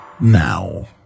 now